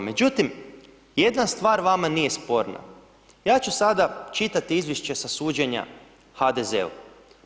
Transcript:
Međutim, jedna stvar vama nije sporna, ja ću sada čitati izvješće sa suđenja HDZ-u.